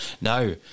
No